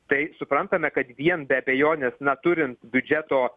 tai suprantame kad vien be abejonės na turint biudžeto